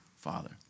father